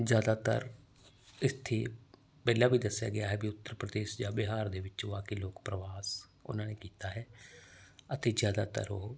ਜਿਆਦਾਤਰ ਇੱਥੇ ਪਹਿਲਾਂ ਵੀ ਦੱਸਿਆ ਗਿਆ ਹੈ ਵੀ ਉੱਤਰ ਪ੍ਰਦੇਸ਼ ਜਾਂ ਬਿਹਾਰ ਦੇ ਵਿੱਚੋਂ ਆਕੇ ਲੋਕ ਪ੍ਰਵਾਸ ਉਹਨਾਂ ਨੇ ਕੀਤਾ ਹੈ ਅਤੇ ਜ਼ਿਆਦਾਤਰ ਉਹ